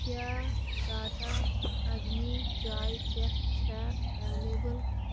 کیٛاہ ٹاٹا أگٕنی چایہِ پھٮ۪کھ چھا ایٚویلیبُل